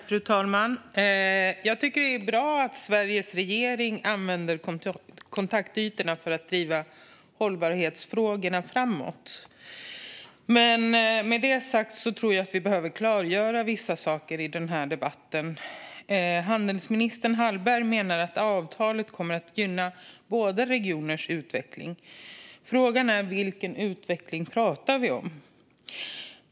Fru talman! Jag tycker att det är bra att Sveriges regering använder kontaktytorna för att driva hållbarhetsfrågorna framåt. Men med detta sagt tror jag att vi behöver klargöra vissa saker i denna debatt. Handelsminister Hallberg menar att avtalet kommer att gynna båda regionernas utveckling. Frågan är vilken utveckling vi pratar om.